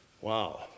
Wow